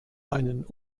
einen